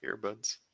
earbuds